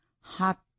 hot